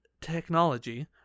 technology